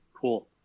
Cool